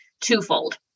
twofold